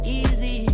easy